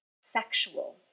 sexual